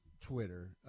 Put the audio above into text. Twitter